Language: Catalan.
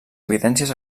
evidències